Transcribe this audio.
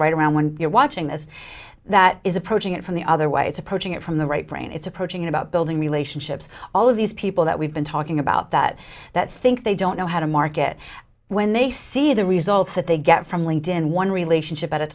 right around when you're watching this that is approaching it from the other way it's approaching it from the right brain it's approaching about building relationships all of these people that we've been talking about that that think they don't know how to market when they see the results that they get from linked in one relationship at a